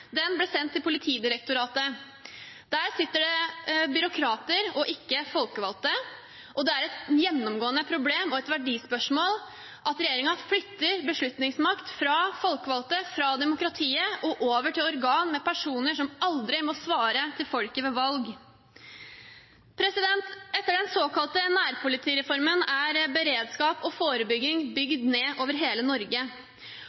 ble sendt til Politidirektoratet. Der sitter det byråkrater og ikke folkevalgte, og det er et gjennomgående problem og et verdispørsmål at regjeringen flytter beslutningsmakt fra folkevalgte, fra demokratiet, og over til organ med personer som aldri må svare folk ved valg. Etter den såkalte nærpolitireformen er beredskap og forebygging